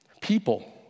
people